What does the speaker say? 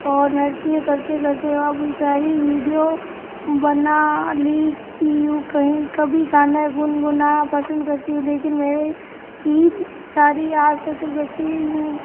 और नृत्य करते करते मैं अपनी सारी वीडियो बना ली क्यों कहीं कभी गाने गुनगुना पसंद करती हूँ लेकिन मेरे की सारी आज कल की बची हूँ